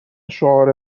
شعار